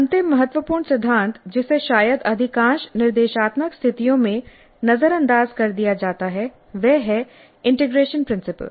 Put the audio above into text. अंतिम महत्वपूर्ण सिद्धांत जिसे शायद अधिकांश निर्देशात्मक स्थितियों में नजरअंदाज कर दिया जाता है वह है इंटीग्रेशन प्रिंसिपल